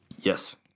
Yes